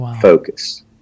Focus